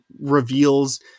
reveals